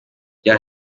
rya